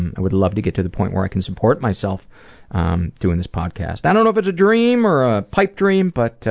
and i would love to get to the point where i can support myself um doing this podcast, i don't know if it's a dream or a pipe dream, but